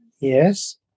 Yes